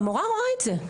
המורה רואה את זה,